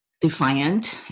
defiant